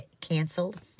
canceled